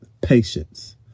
patience